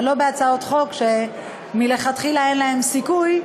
ולא בהצעות חוק שמלכתחילה אין להן סיכוי,